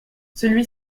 celui